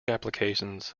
applications